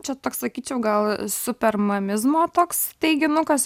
čia toks sakyčiau gal supermamizmo toks teiginukas